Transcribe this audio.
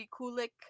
Kulik